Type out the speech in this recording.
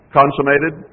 consummated